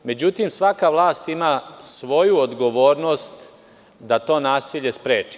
Međutim, svaka vlast ima svoju odgovornost da to nasilje spreči.